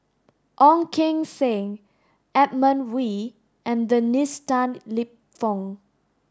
Ong Keng Sen Edmund Wee and Dennis Tan Lip Fong